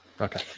Okay